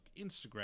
Instagram